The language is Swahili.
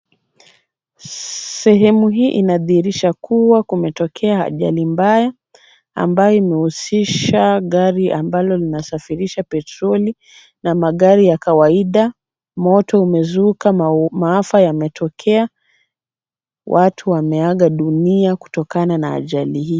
Sehemu hii inadhirisha kuwa kumetokea ajali mbaya ambayo imehusisha gari ambalo linasafirisha petroli na magari ya kawaida. Moto umezuka, maafa yametokea. Watu wameaga dunia kutokana na ajali hii.